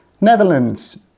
Netherlands